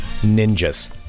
ninjas